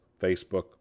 Facebook